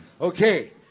Okay